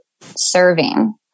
serving